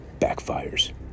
backfires